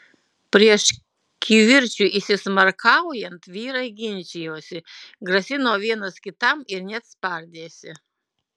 prieš kivirčui įsismarkaujant vyrai ginčijosi grasino vienas kitam ir net spardėsi